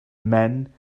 mhen